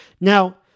Now